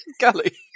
Gully